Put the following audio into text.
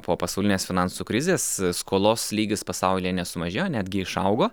po pasaulinės finansų krizės skolos lygis pasaulyje nesumažėjo netgi išaugo